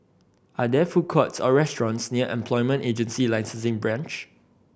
are there food courts or restaurants near Employment Agency Licensing Branch